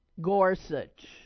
Gorsuch